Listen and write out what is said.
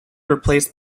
replaced